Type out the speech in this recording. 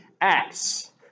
Acts